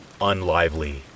unlively